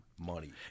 Money